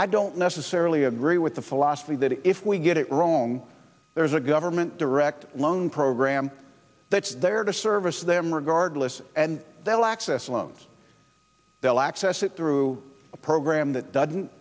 i don't necessarily agree with the philosophy that if we get it wrong there's a government direct loan program that's there to service them regardless and they will access loans they'll access it through a program that doesn't